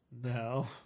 No